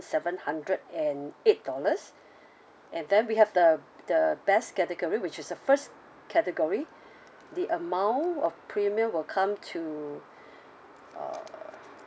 seven hundred and eight dollars and then we have the the best category which is a first category the amount of premium will come to uh